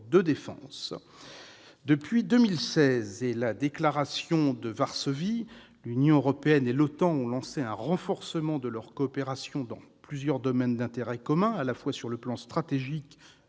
de défense. Depuis 2016 et la déclaration de Varsovie, l'Union européenne et l'OTAN ont lancé un renforcement de leur coopération dans plusieurs domaines d'intérêt commun, à la fois sur le plan stratégique